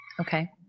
Okay